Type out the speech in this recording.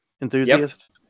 enthusiast